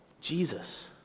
jesus